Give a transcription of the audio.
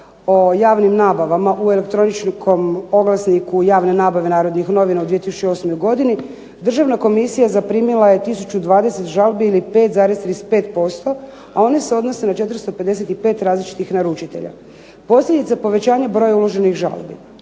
o javnim nabavama u elektroničkom oglasniku javne nabave "Narodnih novina" u 2008. godini Državna komisija zaprimila je 1020 žalbi ili 5,35%, a one se odnose na 455 različitih naručitelja. Posljedica povećanja broja uloženih žalbi